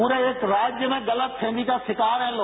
पूरे एक राज्य में गलत फहमी का शिकार हैं लोग